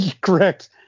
Correct